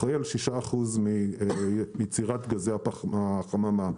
אחראי על 6% מיצירת גזי החממה.